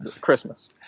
Christmas